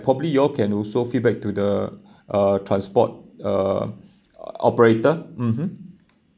probably you all can also feedback to the uh transport uh operator mmhmm